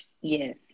Yes